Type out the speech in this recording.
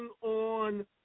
on